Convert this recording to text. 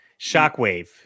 shockwave